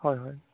হয় হয়